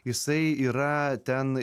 jisai yra ten